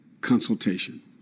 consultation